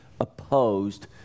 opposed